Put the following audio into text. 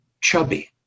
chubby